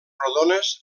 rodones